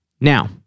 Now